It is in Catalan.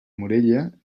morella